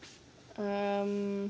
um